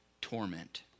torment